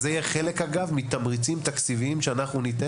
אגב, זה יהיה חלק מתמריצים תקציביים שניתן.